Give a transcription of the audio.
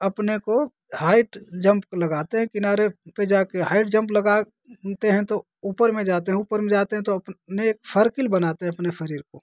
अपने को height jump लगाते हैं किनारे पे जा कर हाइट जंप लगा ते हैं तो ऊपर में जाते हैं ऊपर में जाते हैं तो अपने एक सर्किल बनाते हैं अपने शरीर को